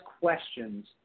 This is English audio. questions